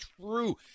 true